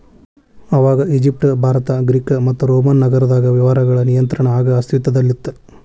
ಆವಾಗ Egypt Bharat Greek ಮತ್ತು Roman ನಾಗರದಾಗ ವ್ಯವಹಾರಗಳ ನಿಯಂತ್ರಣ ಆಗ ಅಸ್ತಿತ್ವದಲ್ಲಿತ್ತ